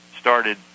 started